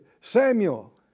Samuel